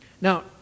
Now